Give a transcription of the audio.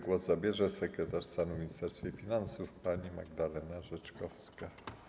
Głos zabierze teraz sekretarz stanu w Ministerstwie Finansów pani Magdalena Rzeczkowska.